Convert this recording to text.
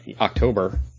October